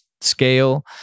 scale